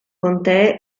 contee